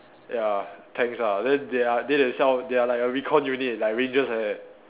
ya tanks ah then they are they themselves they are like a recall unit like rangers like that